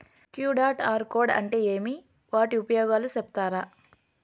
QR code అంటే ఏమి వాటి ఉపయోగాలు సెప్తారా?